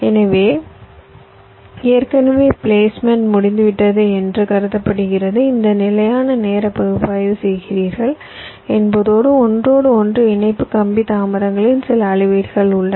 எனவே ஏற்கனவே பிளேஸ்மெண்ட் முடிந்துவிட்டது என்று கருதப்படுகிறது இந்த நிலையான நேர பகுப்பாய்வை செய்கிறீர்கள் என்பதோடு ஒன்றோடொன்று இணைப்பு கம்பி தாமதங்களின் சில அளவீடுகள் உள்ளன